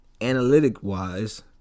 analytic-wise